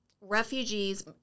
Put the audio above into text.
refugees